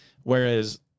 Whereas